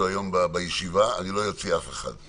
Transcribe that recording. היום מהישיבה אני לא אוציא אף אחד.